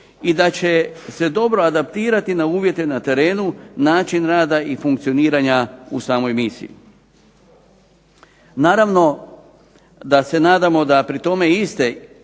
i da će se dobro adaptirati na uvjete na terenu, način rada i funkcioniranja u samoj misiji. Naravno da se nadamo da pri tome iste neće